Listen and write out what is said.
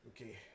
Okay